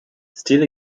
still